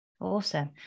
Awesome